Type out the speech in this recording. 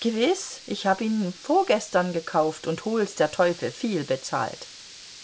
gewiß ich hab ihn vorgestern gekauft und hol's der teufel viel bezahlt